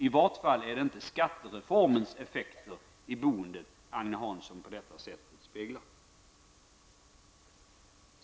I vart fall är det inte skattereformens effekt på boendet Agne Hansson på detta sätt speglar.